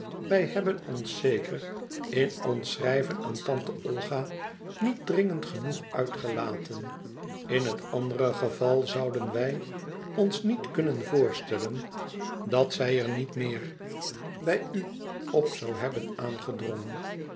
wij hebben ons zeker in ons schrijven aan tante olga niet dringend genoeg uitgelaten in het andere geval zouden wij ons niet kunnen voorstellen dat zij er niet meer bij u op zoû hebben aangedrongen